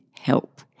help